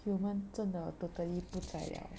humans 就我们真的 totally 不在了